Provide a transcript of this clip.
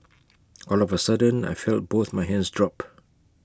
all of A sudden I felt both my hands drop